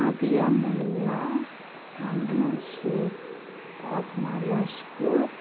Papiya Molla Amina Sheikh Tajma Laskar